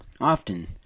often